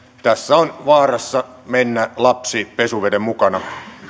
tässä on vaarassa mennä lapsi pesuveden mukana